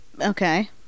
Okay